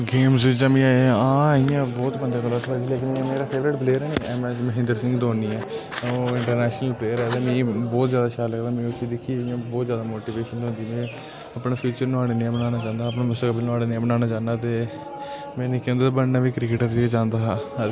games च हां इ'यां बहुत बंदे मेरे फेवरिट प्लेयर ऐ एम एच महेन्द्र सिंह धोनी ऐ होर इंटरनेशनल नेशनल प्लेयर ऐ मिगी बोह्त ज्यादा शैल लगदा मी उसी दिक्खियै इ'यां बोह्त ज्याद मोटीवेशन थोहन्दी अपना फ्यूचर नोहाड़े नेहा बनाना चाह्न्नां अपना बनाना चाहन्नां ते में निक्के होंदे बनना बी क्रिकेटर ही चाहन्दा हा